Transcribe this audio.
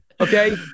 okay